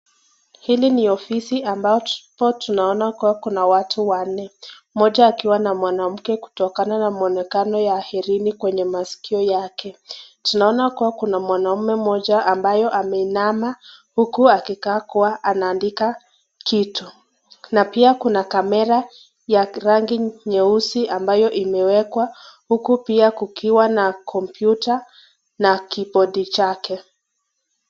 Hili ni ofisi ambapo tunaona kua kuna watu wanne. Mmoja akiwa na mwanamke kutokana na muonekano ya [ring] kwenye maskio yake. Tunaona kua, kuna mwanaume mmoja ambayo ameinama huku akikaa kua anaandika kitu. Na pia kuna kamera ya rangi nyeusi ambayo imewekwa huku pia kukiwa na kompyuta na [keyboard] chake.